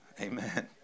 Amen